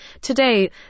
Today